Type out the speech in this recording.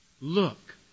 Look